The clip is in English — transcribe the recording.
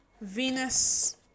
Venus